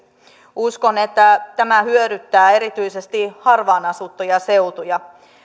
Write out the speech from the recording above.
uskon että tämä hyödyttää erityisesti harvaan asuttuja seutuja